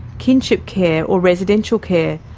kinship care or residential care,